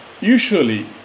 Usually